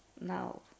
now